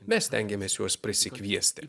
mes stengiamės juos prisikviesti